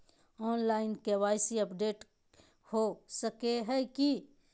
Online KYC update हो सको है की?